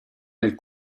nel